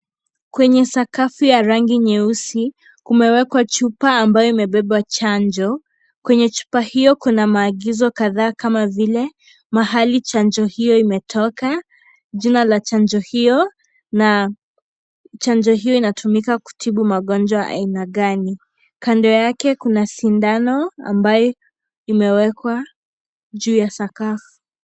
Kwenye sakafu ya rangi nyeusi kimewekwa chpa ambayo imebeba chanjo , kwenye chupa hiyo kuna maagizo kadhaa kama vile mahali chanjo hiyo imetoka, jina la chanjo hiyo na chanjo hiyo inatumika kutibu magonjwa aina gani. Kando yake kuna sindano ambayo imewekwa juu ya sakafu.